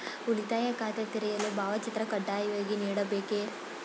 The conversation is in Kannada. ಉಳಿತಾಯ ಖಾತೆ ತೆರೆಯಲು ಭಾವಚಿತ್ರ ಕಡ್ಡಾಯವಾಗಿ ನೀಡಬೇಕೇ?